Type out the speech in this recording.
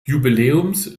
jubiläums